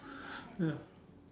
ya